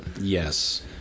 Yes